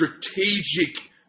strategic